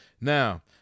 Now